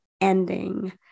ending